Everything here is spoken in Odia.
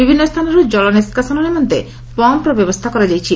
ବିଭିନ୍ନ ସ୍ଚାନରୁ କଳ ନିଷ୍କାସନ ନିମନ୍ତେ ପମ୍ମର ବ୍ୟବସ୍ରା କରାଯାଇଛି